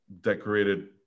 decorated